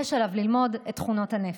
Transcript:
עליו ללמוד את תכונות הנפש,